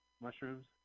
Mushrooms